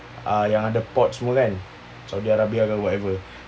uh yang ada ports semua kan saudi arabia ke whatever